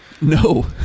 No